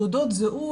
תעודות זהות,